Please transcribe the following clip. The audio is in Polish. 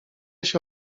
się